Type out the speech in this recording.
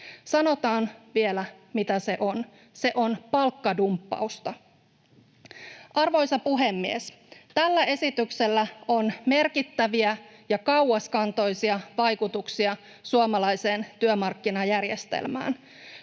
Sanotaan vielä, mitä se on: se on palkkadumppausta. Arvoisa puhemies! Tällä esityksellä on merkittäviä ja kauaskantoisia vaikutuksia suomalaiseen työmarkkinajärjestelmään.